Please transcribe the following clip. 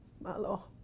Malo